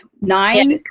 nine